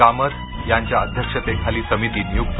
कामथ यांच्या अध्यक्षतेखाली समिती नियुक्त